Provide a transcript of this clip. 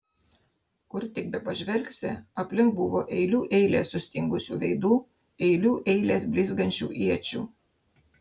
kur tik bepažvelgsi aplink buvo eilių eilės sustingusių veidų eilių eilės blizgančių iečių